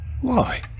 Why